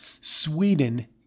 Sweden